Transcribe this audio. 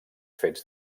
fets